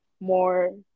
more